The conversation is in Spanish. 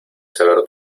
saber